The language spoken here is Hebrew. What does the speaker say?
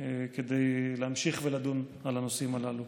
כדי להמשיך ולדון על הנושאים הללו.